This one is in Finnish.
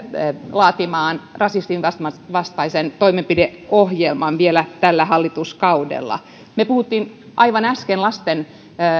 laatimaan rasismin vastaisen vastaisen toimenpideohjelman vielä tällä hallituskaudella me puhuimme aivan äsken lasten